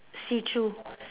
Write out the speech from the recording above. see through